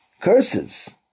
curses